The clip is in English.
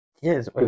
Yes